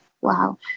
wow